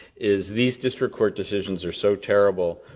is these district court decisions are so terrible,